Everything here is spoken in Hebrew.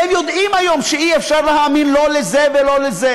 והם יודעים היום שאי-אפשר להאמין לא לזה ולא לזה,